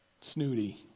snooty